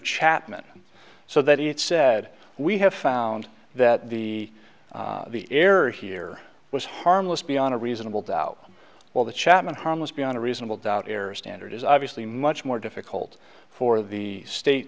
chapman so that it said we have found that the the error here was harmless beyond a reasonable doubt well the chapman harmless beyond a reasonable doubt error standard is obviously much more difficult for the state